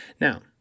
Now